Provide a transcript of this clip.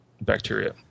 bacteria